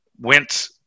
went